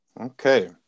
Okay